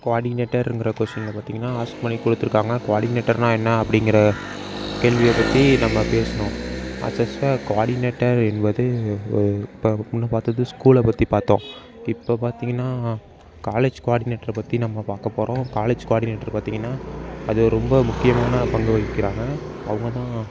கோஆர்டினேட்டருங்கிற கொஷினில் பார்த்திங்கனா ஆஸ்க் மாதிரி கொடுத்துருக்காங்க கோஆர்டினேட்டர்னால் என்ன அப்படிங்கிற கேள்வியை பற்றி நம்ம பேசினோம் கோஆர்டினேட்டர் என்பது இப்போ முன்னே பார்த்தது ஸ்கூலை பற்றி பார்த்தோம் இப்போ பார்த்திங்கனா காலேஜ் கோஆர்டினேட்ரை பற்றி நம்ம பார்க்க போகிறோம் காலேஜ் கோஆர்டினேட்ரு பார்த்திங்கனா அது ரொம்ப முக்கியமான பங்கு வகிக்கிறாங்க அவங்க தான்